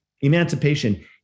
emancipation